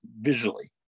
visually